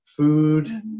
Food